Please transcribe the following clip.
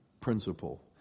principle